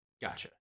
Gotcha